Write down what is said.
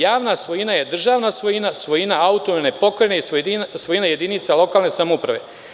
Javna svojina je državna svojina, svojina autonomne pokrajine i svojina jedinica lokalne samouprave.